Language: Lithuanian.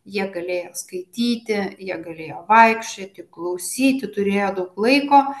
jie galėjo skaityti jie galėjo vaikščioti klausyti turėjo daug laiko